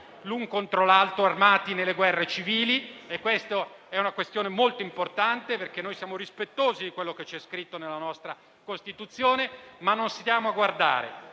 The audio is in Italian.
l'un contro l'altro armati, nelle guerre civili. Questa è una questione molto importante, perché noi siamo rispettosi di ciò che è scritto nella nostra Costituzione, ma non stiamo a guardare.